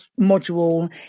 module